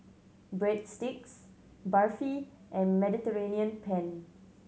Breadsticks Barfi and Mediterranean Penne